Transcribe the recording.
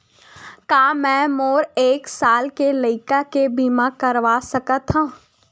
का मै मोर एक साल के लइका के बीमा करवा सकत हव?